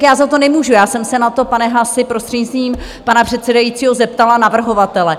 Já za to nemůžu, já jsem se na to, pane Haasi, prostřednictvím pana předsedajícího, zeptala navrhovatele.